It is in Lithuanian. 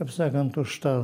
kaip sakant už tą